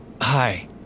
Hi